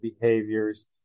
behaviors